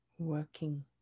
working